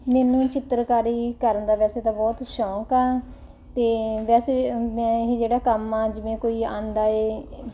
ਮੈਨੂੰ ਚਿੱਤਰਕਾਰੀ ਕਰਨ ਦਾ ਵੈਸੇ ਤਾਂ ਬਹੁਤ ਸ਼ੌਕ ਆ ਅਤੇ ਵੈਸੇ ਮੈਂ ਇਹ ਜਿਹੜਾ ਕੰਮ ਆ ਜਿਵੇਂ ਕੋਈ ਆਉਂਦਾ ਹੈ